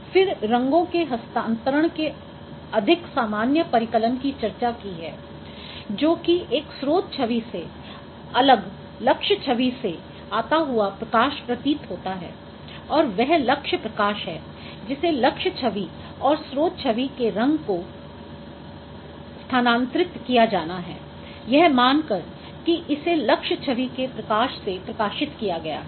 फिर रंगों के हस्तांतरण के अधिक सामान्य परिकलन की चर्चा की है जो कि एक स्रोत छवि से अलग लक्ष्य छवि से आता हुआ प्रकाश प्रतीत होता है और वह लक्ष्य प्रकाश है जिसे लक्ष्य छवि और स्रोत छवि के रंग को स्थानांतरित किया जाना है यह मान कर कि इसे लक्ष्य छवि के प्रकाश से प्रकाशित किया गया है